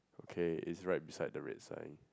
okay it's right beside the red sign